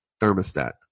thermostat